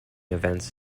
events